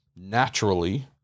naturally